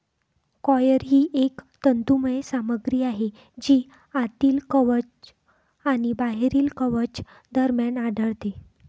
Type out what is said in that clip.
coir ही एक तंतुमय सामग्री आहे जी आतील कवच आणि बाहेरील कवच दरम्यान आढळते